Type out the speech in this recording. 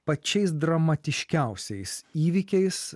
pačiais dramatiškiausiais įvykiais